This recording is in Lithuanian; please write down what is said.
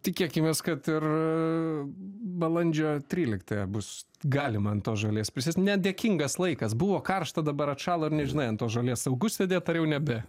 tikėkimės kad ir balandžio tryliktąją bus galima ant tos žolės prisėst nedėkingas laikas buvo karšta dabar atšalo ir nežinai ant žolės saugu sėdėt ar jau nebe